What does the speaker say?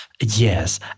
Yes